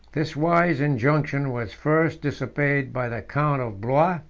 this wise injunction was first disobeyed by the count of blois,